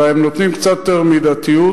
אלא הם נותנים קצת יותר מידתיות.